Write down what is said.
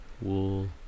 wool